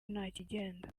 ntakigenda